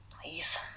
Please